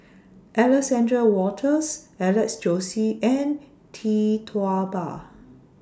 Alexander Wolters Alex Josey and Tee Tua Ba